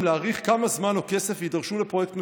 להעריך כמה זמן או כסף יידרשו לפרויקט מסוים.